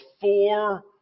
four